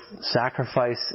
sacrifice